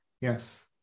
yes